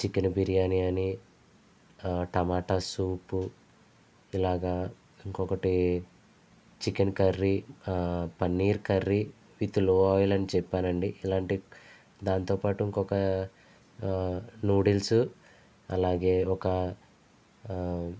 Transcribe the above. chicken biryani అని టమాటా soup ఇలాగా ఇంకొకటి chicken curry paneer curry with low oil అని చెప్పానండి ఇలాంటి దాంతోపాటు ఇంకొక నూడిల్స్ అలాగే ఒక